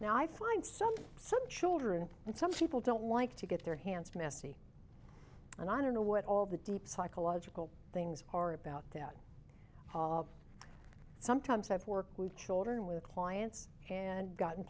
now i find some some children and some people don't like to get their hands messy and i don't know what all the deep psychological things are about that sometimes i've worked with children with clients and gotten